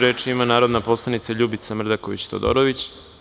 Reč ima narodni poslanik Ljubica Mrdaković Todorović.